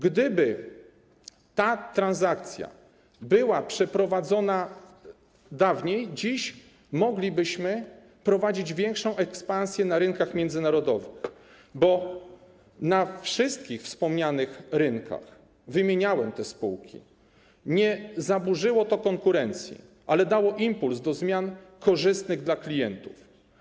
Gdyby ta transakcja była przeprowadzona dawniej, dziś moglibyśmy prowadzić większą ekspansję na rynkach międzynarodowych, bo na wszystkich wspomnianych rynkach - wymieniałem te spółki - konsolidacja nie zaburzyła konkurencji, ale dała impuls do zmian korzystnych dla klientów.